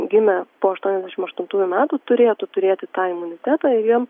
gimę po aštuoniasdešimt aštuntųjų metų turėtų turėti tą imunitetą ir jiem